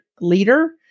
leader